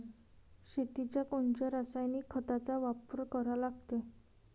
शेतीत कोनच्या रासायनिक खताचा वापर करा लागते?